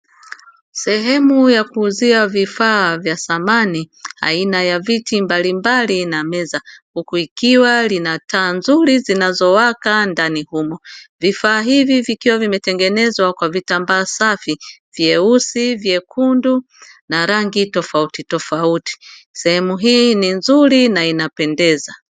Sehemu ya kuuzia vifaa vya samani aina ya viti mbalimbali na meza huku likiwa na taa nzuri zinazowaka ndani humo. Vifaa hivi vikiwa vimetengenezwa kwa vitambaa safi vyeusi, vyekundu na rangi tofauti tofauti. Sehemu hii ni nzuri na inapendeza.